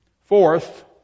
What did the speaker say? Fourth